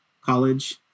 college